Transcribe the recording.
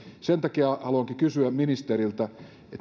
sen takia haluankin kysyä ministeriltä